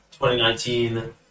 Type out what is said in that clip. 2019